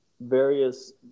various